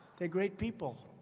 they're great people.